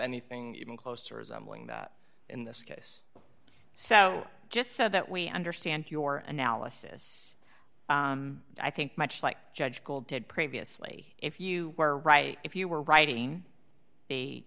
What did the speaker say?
anything even close to resembling that in this case so just so that we understand your analysis i think much like judge gold had previously if you were right if you were writing a